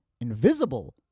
invisible